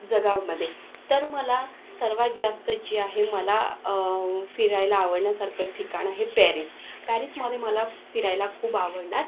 जगामध्ये तर मला सर्वात जास्त जे आहे मला फिरायला आवडण्यासारखं ठिकाण हे पॅरिस पॅरिसमदे मला फिरायला खूप आवडणार